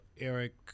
Eric